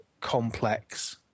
Complex